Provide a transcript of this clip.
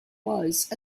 was